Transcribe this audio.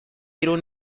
iron